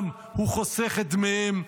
גם הוא חוסך את דמיהם,